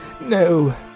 No